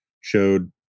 showed